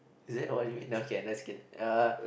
is it oh what you mean just kidding uh